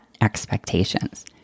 expectations